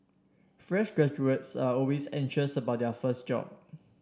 fresh graduates are always anxious about their first job